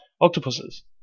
octopuses